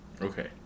Okay